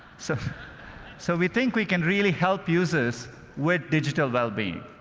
so so, we think we can really help users with digital wellbeing.